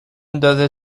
ندازه